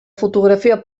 fotografia